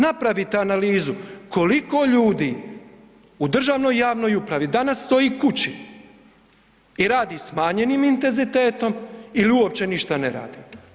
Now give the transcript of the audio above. Napravite analizu koliko ljudi u državnoj i javnoj upravi danas stoji kući i radi smanjenim intenzitetom ili uopće ništa ne radi.